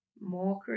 more